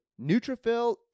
neutrophil